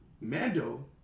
Mando